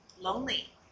lonely